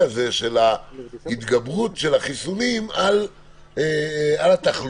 של ההתגברות של החיסונים על התחלואה,